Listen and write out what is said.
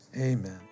amen